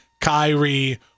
Kyrie